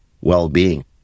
well-being